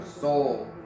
soul